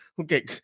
Okay